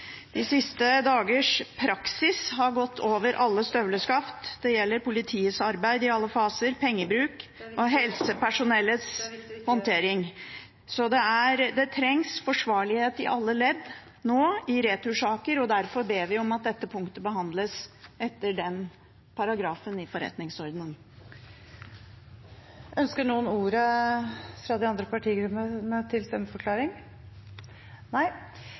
De siste dagers praksis har gått over alle støvleskaft. Det gjelder politiets arbeid i alle faser, pengebruk og helsepersonellets håndtering. Det trengs forsvarlighet i alle ledd i retursaker, og derfor ber vi om at dette punktet behandles etter § 39 c i forretningsordenen. Ønsker noen fra de andre partigruppene ordet til stemmeforklaring?